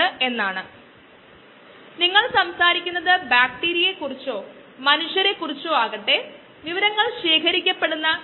ഇനി നമുക്ക് bioreactor ബ്രോത്തിലെ കോശങ്ങളുടെ ഒരു മാസ് ബാലൻസ് നോക്കാം